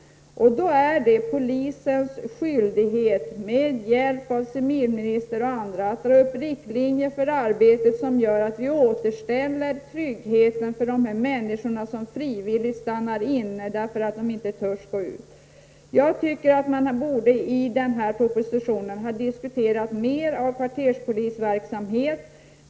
Det är då polisens skyldighet att med hjälp av civilministern och andra dra upp sådana riktlinjer för arbetet att tryggheten återställs för de människor som frivilligt stannar inne därför att de inte törs gå ut. Jag tycker att man i den här propositionen mer borde ha diskuterat kvarterspolisverksamheten.